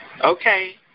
Okay